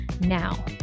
Now